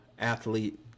athlete